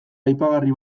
aipagarri